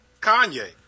Kanye